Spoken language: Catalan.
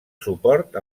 suport